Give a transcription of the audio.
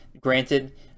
Granted